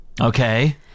Okay